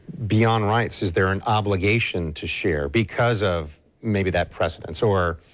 beyond rights is there an obligation to share because of maybe that precedence? or,